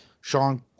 Sean